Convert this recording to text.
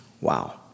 Wow